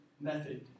method